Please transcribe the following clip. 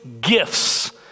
gifts